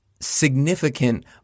significant